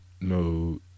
no